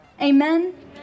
amen